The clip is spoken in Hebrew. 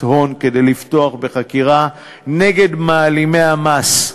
הון כדי לפתוח בחקירה נגד מעלימי המס.